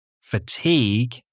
fatigue